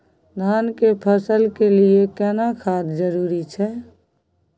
धान के फसल के लिये केना खाद जरूरी छै?